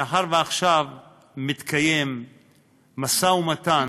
מאחר שעכשיו מתקיים משא-ומתן